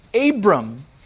Abram